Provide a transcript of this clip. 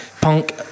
punk